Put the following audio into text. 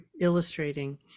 illustrating